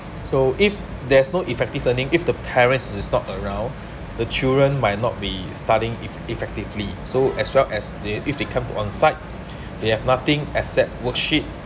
so if there's no effective learning if the parents is not around the children might not be studying ef~ effectively so as well as they if they come to on site they have nothing except worksheet